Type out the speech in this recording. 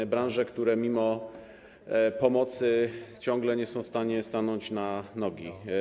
To branże, które mimo pomocy ciągle nie są w stanie stanąć na nogi.